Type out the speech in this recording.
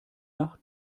nach